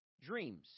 dreams